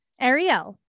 Ariel